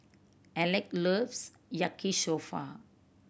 Alek loves Yaki Soba